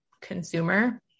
consumer